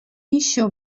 еще